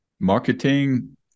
Marketing